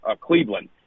Cleveland